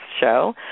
show